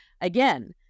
Again